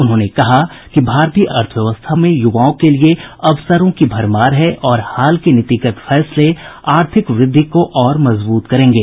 उन्होंने कहा कि भारतीय अर्थव्यवस्था में यूवाओं के लिए अवसरों की भरमार है और हाल के नीतिगत फैसले आर्थिक वृद्धि को और मजबूत करेंगे